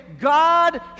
god